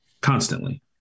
constantly